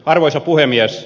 arvoisa puhemies